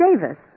Davis